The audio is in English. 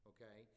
Okay